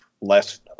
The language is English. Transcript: less